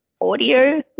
audio